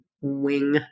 wing